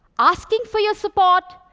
asking for your support,